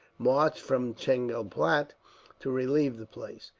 marched from chengalpatt to relieve the place.